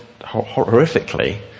horrifically